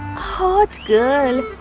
hot girl,